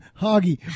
Hoggy